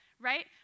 Right